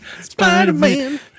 Spider-Man